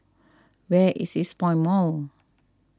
where is Eastpoint Mall